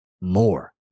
more